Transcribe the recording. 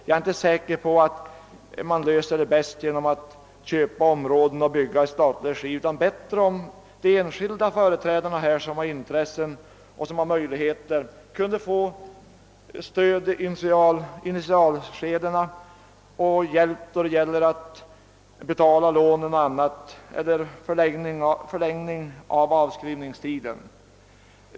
Jag är inte säker på att man bäst löser problemen genom att låta staten köpa in och bebygga områden, utan det vore bättre om enskilda, som har intresse och möjligheter härför, kunde få stöd i initialskedet och hjälp med betalningen av sina lån eller genom kortare avskrivningstid för sina anläggningar.